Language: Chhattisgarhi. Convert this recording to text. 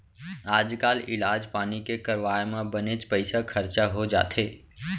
आजकाल इलाज पानी के करवाय म बनेच पइसा खरचा हो जाथे